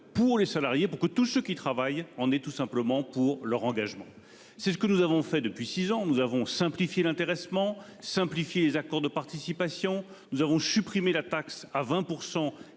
pour les salariés, pour que tous ceux qui travaillent en aient tout simplement pour leur engagement. C'est ce que nous avons fait depuis six ans. Nous avons simplifié l'intéressement et les accords de participation. Nous avons supprimé la taxe à 20